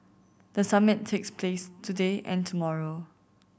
the summit takes place today and tomorrow